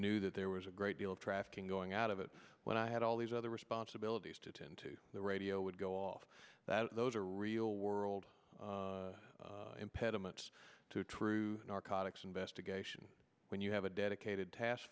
knew that there was a great deal of trafficking going out of it when i had all the other responsibilities to tend to the radio would go off that those are real world impediments to true narcotics investigation when you have a dedicated task